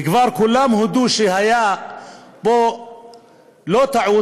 כבר כולם הודו שהייתה פה לא טעות,